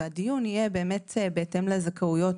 והדיון יהיה באמת בהתאם לזכאויות,